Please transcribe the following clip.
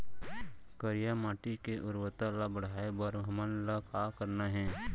करिया माटी के उर्वरता ला बढ़ाए बर हमन ला का करना हे?